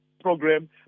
program